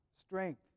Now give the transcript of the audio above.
strength